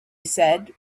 said